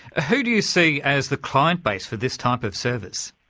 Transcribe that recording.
who do you see as the client base for this type of service?